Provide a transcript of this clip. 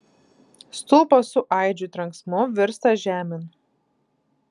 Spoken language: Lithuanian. stulpas su aidžiu trenksmu virsta žemėn